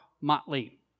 motley